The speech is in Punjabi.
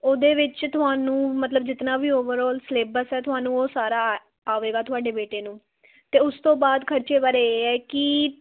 ਉਹਦੇ ਵਿੱਚ ਤੁਹਾਨੂੰ ਮਤਲਬ ਜਿਤਨਾ ਵੀ ਓਵਰਆਲ ਸਿਲੇਬਸ ਹੈ ਤੁਹਾਨੂੰ ਉਹ ਸਾਰਾ ਆਵੇਗਾ ਤੁਹਾਡੇ ਬੇਟੇ ਨੂੰ ਅਤੇ ਉਸ ਤੋਂ ਬਾਅਦ ਖਰਚੇ ਬਾਰੇ ਇਹ ਹੈ ਕਿ